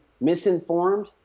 misinformed